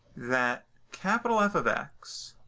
that capital f of x,